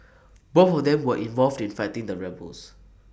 both of them were involved in fighting the rebels